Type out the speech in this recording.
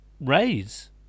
raise